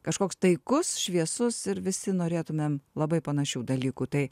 kažkoks taikus šviesus ir visi norėtumėm labai panašių dalykų tai